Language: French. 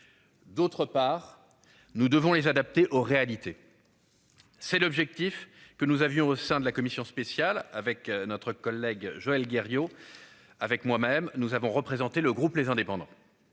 D'autre part, nous devons les adapter aux réalités. C'est l'objectif que nous avions au sein de la commission spéciale avec notre collègue Joël Guerriau avec moi même nous avons représenter le groupe les indépendants.